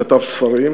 הוא כתב ספרים,